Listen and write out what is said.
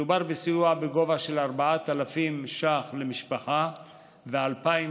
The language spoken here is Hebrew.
מדובר בסיוע בגובה של 4,000 ש"ח למשפחה ו-2,000